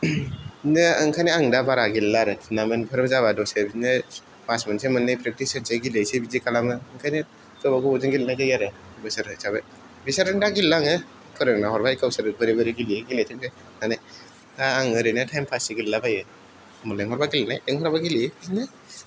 बिदिनो ओंखायनो आं दा बारा गेलेला आरो टुर्नामेन्तफोर जाबा दसे बिदिनो मास मोनसे मोननै प्रेकटिस होनोसै गेलेनोसै बिदि खालामो ओंखायनो गोबाव गोबावजों गेलेनाय जायो आरो बिसोरो जाबाय बिसोरजों दा गेलेला आङो फोरोंना हरबाय गावसोरो बोरै बोरै गेलेयो गेलेथों दे होननानै दा आं ओरैनो टाइम पाससो गेलेबाय थायो लेंहरबा गेलेबाय लेंहरबा गेलेयो बिदिनो